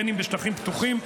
בין בשטחים פתוחים,